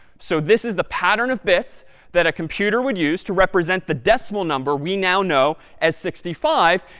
so this is the pattern of bits that a computer would use to represent the decimal number we now know as sixty five,